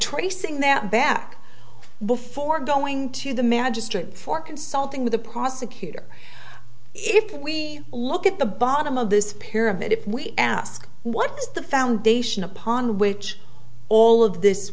tracing that back before going to the magistrate for consulting with the prosecutor if we look at the bottom of this pyramid if we ask what is the foundation upon which all of this